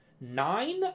nine